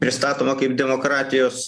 pristatoma kaip demokratijos